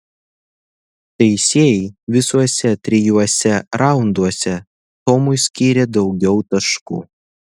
teisėjai visuose trijuose raunduose tomui skyrė daugiau taškų